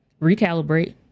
recalibrate